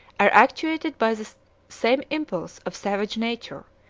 are actuated by the same impulse of savage nature,